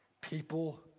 People